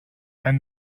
and